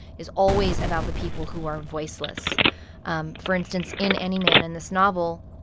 it's always about the people who are voiceless um for instance, in any man, in this novel,